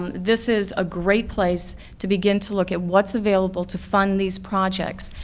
um this is a great place to begin to look at what's available to fund these projects.